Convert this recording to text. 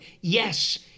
Yes